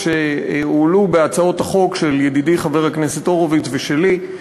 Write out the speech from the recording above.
שהועלו בהצעות החוק של ידידי חבר הכנסת הורוביץ ושלי,